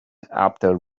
after